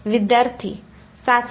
विद्यार्थी चाचणी